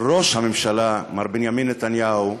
ראש הממשלה, מר בנימין נתניהו,